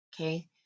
Okay